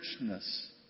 richness